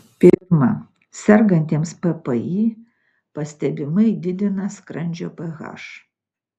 pirma sergantiems ppi pastebimai didina skrandžio ph